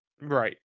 Right